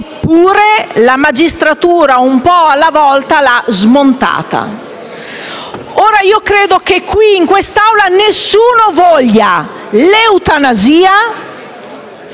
eppure, la magistratura un po' alla volta l'ha smontata. Ora, io credo che qui in quest'Aula nessuno voglia l'eutanasia